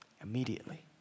Immediately